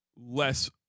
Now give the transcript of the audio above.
less